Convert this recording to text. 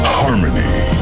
harmony